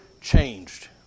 changed